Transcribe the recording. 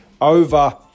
over